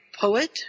poet